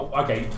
okay